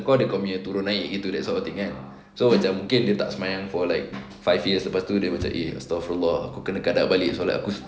kau ada kau punya turun naik gitu that sort of thing so macam mungkin dia tak sembahyang for like five years lepas tu dia macam eh astgahfirullah aku kena qadak balik solat aku